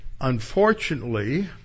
unfortunately